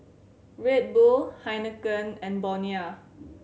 Red Bull Heinekein and Bonia